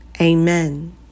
Amen